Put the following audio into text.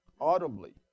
audibly